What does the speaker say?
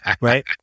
right